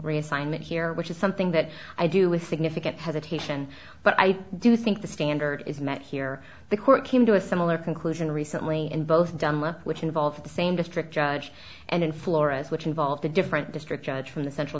reassignment here which is something that i do with significant hesitation but i do think the standard is met here the court came to a similar conclusion recently and both dunlap which involved the same district judge and in florida which involved a different district judge from the central